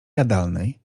jadalnej